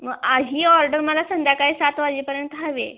मग ही ऑर्डर मला संध्याकाळी सात वाजेपर्यंत हवी आहे